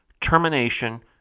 termination